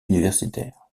universitaires